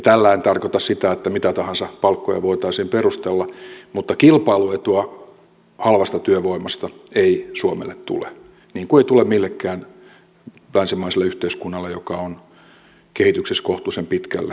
tällä en tarkoita sitä että mitä tahansa palkkoja voitaisiin perustella mutta kilpailuetua halvasta työvoimasta ei suomelle tule niin kuin ei tule millekään länsimaiselle yhteiskunnalle joka on kehityksessä kohtuullisen pitkällä